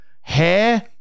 Hair